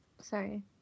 sorry